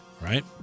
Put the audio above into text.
right